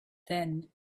then